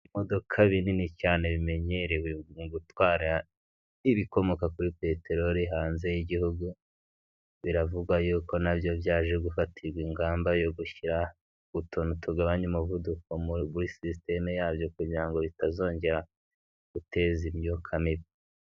Ibimodoka binini cyane bimenyerewe mu gutwara ibikomoka kuri peteroli hanze y'igihugu, biravugwa yuko nabyo byaje gufatirwa ingamba yo gushyira utuntu tugabanya umuvuduko muri sisitemu yabyo kugira ngo bitazongera guteza imyuka mibi.